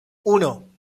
uno